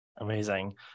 Amazing